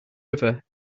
river